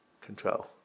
control